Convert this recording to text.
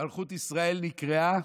מלכות ישראל נקרעה,